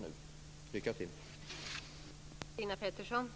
Lycka till!